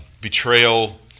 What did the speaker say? betrayal